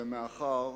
ומאחר